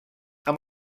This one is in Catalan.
amb